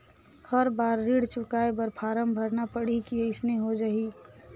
हर बार ऋण चुकाय बर फारम भरना पड़ही की अइसने हो जहीं?